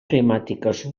climàtiques